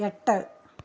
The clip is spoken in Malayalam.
എട്ട്